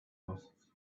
costs